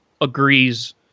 agrees